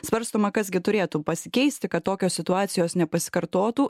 svarstoma kas gi turėtų pasikeisti kad tokios situacijos nepasikartotų